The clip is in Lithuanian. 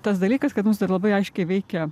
tas dalykas kad mus dar labai aiškiai veikia